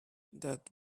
that